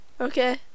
Okay